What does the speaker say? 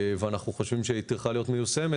ואנחנו חושבים שהיא צריכה להיות מיושמת